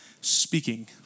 speaking